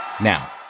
Now